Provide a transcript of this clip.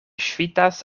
ŝvitas